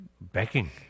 backing